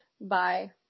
bye